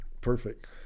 Perfect